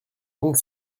donc